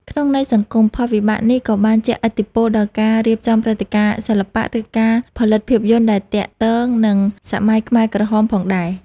ក្នុងន័យសង្គម ផលវិបាកនេះក៏បានជះឥទ្ធិពលដល់ការរៀបចំព្រឹត្តិការណ៍សិល្បៈ ឬការផលិតភាពយន្តដែលទាក់ទងនឹងសម័យខ្មែរក្រហមផងដែរ។